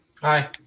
Hi